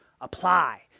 apply